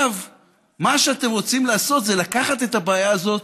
מה שאתם רוצים לעשות עכשיו זה לקחת את הבעיה הזאת,